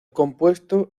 compuesto